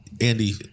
Andy